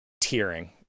tearing